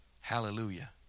Hallelujah